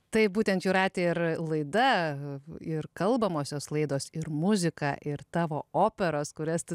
taip būtent jūrate ir laida ir kalbamosios laidos ir muzika ir tavo operos kurias